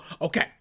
okay